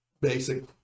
basic